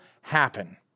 happen